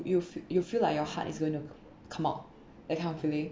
you fee~ you feel like your heart is going to come out that kind of feeling